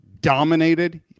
dominated